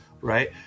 right